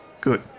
Good